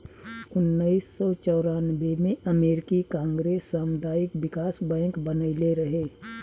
उनऽइस सौ चौरानबे में अमेरिकी कांग्रेस सामुदायिक बिकास बैंक बनइले रहे